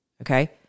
Okay